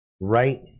right